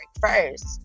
first